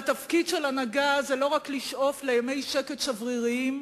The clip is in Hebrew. והתפקיד של הנהגה זה לא רק לשאוף לימי שקט שבריריים,